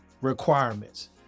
requirements